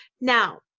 Now